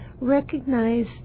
recognize